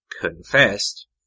confessed